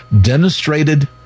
demonstrated